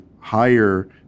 higher